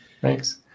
thanks